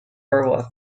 beowulf